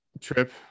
trip